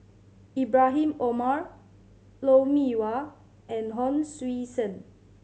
Ibrahim Omar Lou Mee Wah and Hon Sui Sen